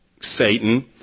Satan